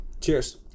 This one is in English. cheers